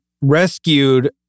rescued